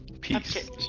Peace